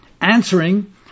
answering